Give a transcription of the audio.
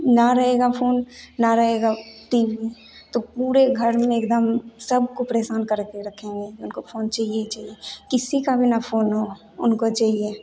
ना रहेगा फ़ोन ना रहेगा टी वी तो पूरे घर में एकदम सबको परेशान करके रखेंगे उनको फ़ोन चाहिए ही चाहिए किसी का भी ना फ़ोन हो उनको चाहिए